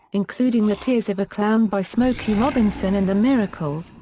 including the tears of a clown by smokey robinson and the miracles,